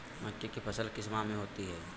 मक्के की फसल किस माह में होती है?